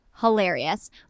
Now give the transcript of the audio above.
hilarious